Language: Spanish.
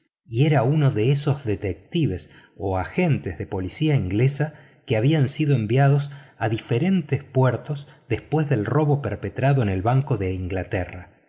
y era uno de aquellos detectives ingleses que habían sido enviados a diferentes puertos después del robo perpetrado en el banco de inglaterra